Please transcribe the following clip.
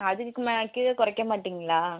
அதுக்கு மே கீழே குறைக்க மாட்டீங்களா